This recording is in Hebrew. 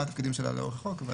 מה התפקידים שלה לאורך החוק.